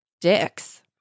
dicks